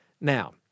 Now